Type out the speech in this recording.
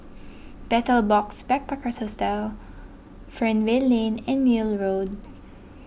Betel A Box Backpackers Hostel Fernvale Lane and Neil Road